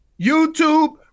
YouTube